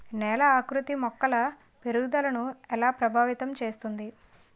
నేల ఆకృతి మొక్కల పెరుగుదలను ఎలా ప్రభావితం చేస్తుంది?